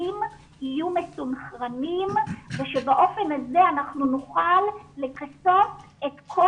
יהיו מסונכרנים ושבאופן הזה אנחנו נוכל לכסות את כל